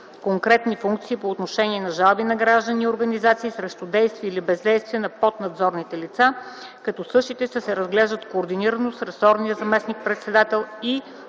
конкретни функции по отношение на жалби на граждани и организации срещу действия или бездействия на поднадзорните лица като същите ще се разглеждат координирано с ресорния заместник-председател и